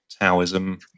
Taoism